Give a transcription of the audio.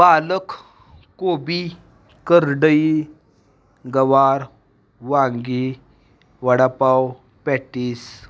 पालक कोबी करडई गवार वांगी वडापाव पॅटीस